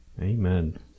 Amen